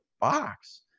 box